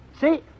See